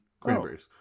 cranberries